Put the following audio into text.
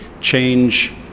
change